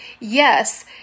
Yes